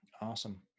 Awesome